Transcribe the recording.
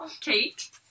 Kate